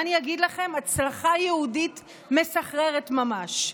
מה אני אגיד לכם, הצלחה יהודית מסחררת ממש.